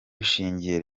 dushingiye